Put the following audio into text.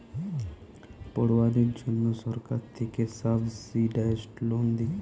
পড়ুয়াদের জন্যে সরকার থিকে সাবসিডাইস্ড লোন দিচ্ছে